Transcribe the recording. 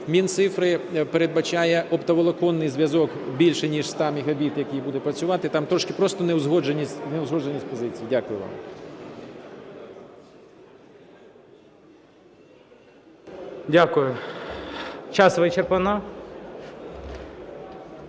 Мінцифри передбачає оптоволоконний зв'язок більше ніж 100 мегабіт, який буде працювати, там трошки просто неузгодженість позицій. Дякую вам. ГОЛОВУЮЧИЙ. Дякую. Час вичерпано.